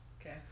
Okay